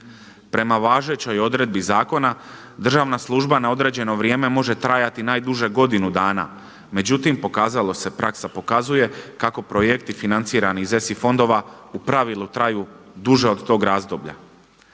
Prema važećoj odredbi zakona državna služba na određeno vrijeme može trajati najduže godinu dana. Međutim pokazalo se, praksa pokazuje kako projekti financirani iz ESI fondova u pravilu traju duže od tog razdoblja